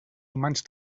humans